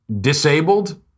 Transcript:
disabled